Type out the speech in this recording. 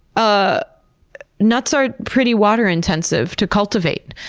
ah nuts are pretty water intensive to cultivate.